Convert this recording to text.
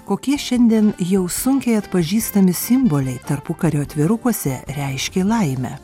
kokie šiandien jau sunkiai atpažįstami simboliai tarpukario atvirukuose reiškė laimę